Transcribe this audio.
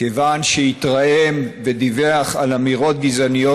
כיוון שהתרעם ודיווח על אמירות גזעניות